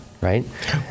right